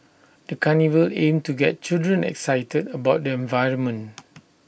the carnival aimed to get children excited about the environment